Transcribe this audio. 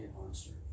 monster